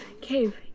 cave